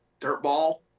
dirtball